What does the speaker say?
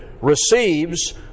receives